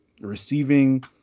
receiving